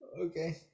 okay